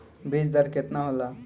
बीज दर केतना होला?